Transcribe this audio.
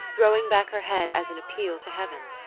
throwing back her head as in appeal to heaven.